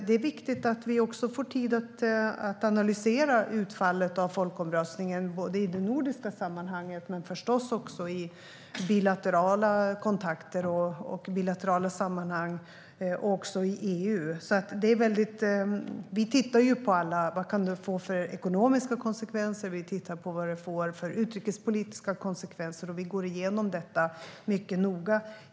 Det är viktigt att vi också får tid att analysera utfallet av folkomröstningen i det nordiska sammanhanget samt i bilaterala kontakter och sammanhang och i EU. Vi tittar på alla konsekvenser - ekonomiska och utrikespolitiska konsekvenser. Vi går igenom dem mycket noga.